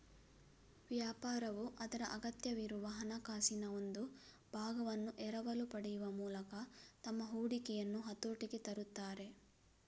ವ್ಯಾಪಾರವು ಅದರ ಅಗತ್ಯವಿರುವ ಹಣಕಾಸಿನ ಒಂದು ಭಾಗವನ್ನು ಎರವಲು ಪಡೆಯುವ ಮೂಲಕ ತಮ್ಮ ಹೂಡಿಕೆಯನ್ನು ಹತೋಟಿಗೆ ತರುತ್ತಾರೆ